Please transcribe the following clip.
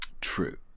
True